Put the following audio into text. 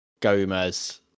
Gomez